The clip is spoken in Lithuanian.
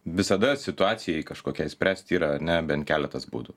visada situacijai kažkokiai spręsti yra ane bent keletas būdų